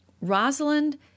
Rosalind